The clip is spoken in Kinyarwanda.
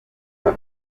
arko